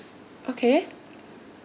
okay